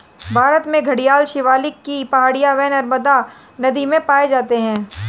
भारत में घड़ियाल शिवालिक की पहाड़ियां एवं नर्मदा नदी में पाए जाते हैं